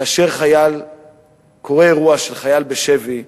כאשר קורה אירוע של חייל בשבי,